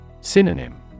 Synonym